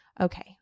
okay